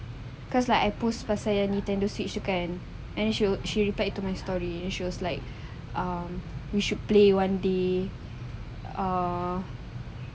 cause like I post pasal yang nintendo switch tu kan and she she reply to my story she was like we should play one day uh